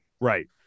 right